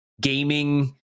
gaming